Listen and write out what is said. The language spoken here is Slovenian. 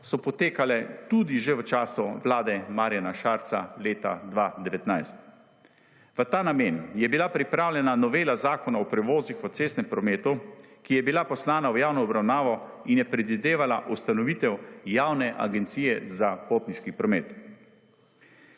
so potekale tudi že v času Vlade Marjana Šarca leta 2019. V ta namen je bila pripravljena novela Zakona o prevozih v cestnem prometu, ki je bila poslana v javno obravnavo in je predvidevala ustanovitev javne agencije za potniški promet.